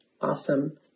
awesome